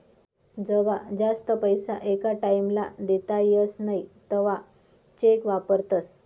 जवा जास्त पैसा एका टाईम ला देता येस नई तवा चेक वापरतस